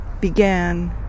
began